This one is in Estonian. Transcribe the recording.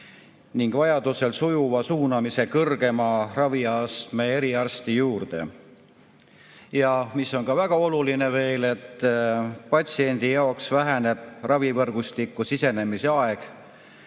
vajadusel sujuva suunamise kõrgema raviastme eriarsti juurde. Ja mis veel on väga oluline: patsiendi jaoks väheneb ravivõrgustikku sisenemise aeg